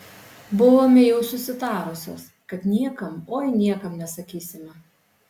buvome jau susitarusios kad niekam oi niekam nesakysime